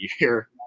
year